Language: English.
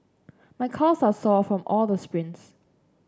my calves are sore from all the sprints